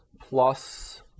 plus